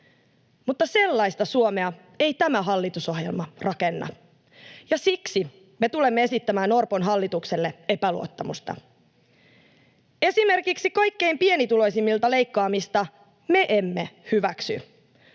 Mutta sellaista Suomea ei tämä hallitusohjelma rakenna, ja siksi me tulemme esittämään Orpon hallitukselle epäluottamusta. Esimerkiksi kaikkein pienituloisimmilta leikkaamista me emme hyväksy,